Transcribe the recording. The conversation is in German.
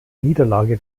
niederlage